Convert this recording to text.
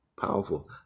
powerful